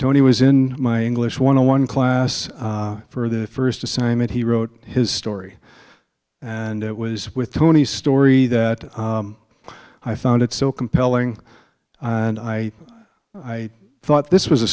tony was in my glitch one on one class for the first assignment he wrote his story and it was with tony story that i found it so compelling and i i thought this was a